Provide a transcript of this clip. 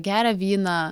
geria vyną